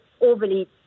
overly